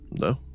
No